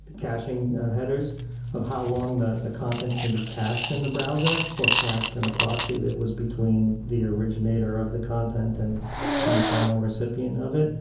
caching headers of how long the the content can be cached in the browser or cached in a proxy that was between the originator of the content and and the final recipient of it.